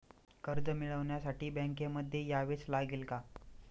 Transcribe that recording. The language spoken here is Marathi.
कर्ज मिळवण्यासाठी बँकेमध्ये यावेच लागेल का?